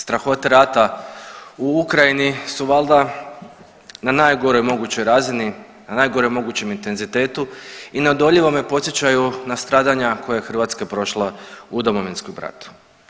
Strahote rata u Ukrajini su valjda na najgoroj mogućoj razini, na najgorem mogućem intenzitetu i neodoljivo me podsjećaju na stradanja koje je Hrvatska prošla u Domovinskom ratu.